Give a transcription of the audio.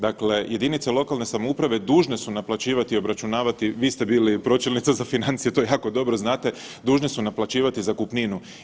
Dakle, jedinice lokalne samouprave dužne su naplaćivati i obračunavati, vi ste bili pročelnica za financije, to jako dobro znate, dužni su naplaćivati zakupninu.